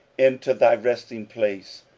into thy resting place,